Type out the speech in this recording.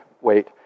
weight